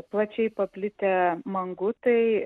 plačiai paplitę mangutai